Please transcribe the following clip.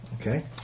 Okay